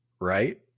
right